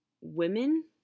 women